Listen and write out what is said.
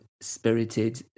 spirited